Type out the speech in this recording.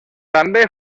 també